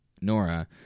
Nora